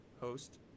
host